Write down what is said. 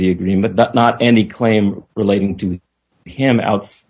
the agreement not any claim relating to him out